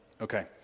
Okay